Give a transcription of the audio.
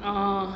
oh